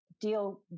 deal